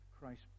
Christ